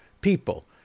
people